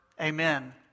Amen